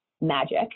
magic